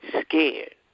scared